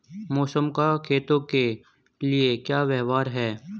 मौसम का खेतों के लिये क्या व्यवहार है?